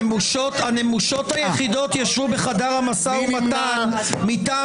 הנמושות היחידות ישבו בחדר המשא ומתן מטעם